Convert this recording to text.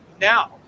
now